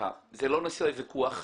זה לא נושא לוויכוח.